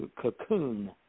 cocoon